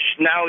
now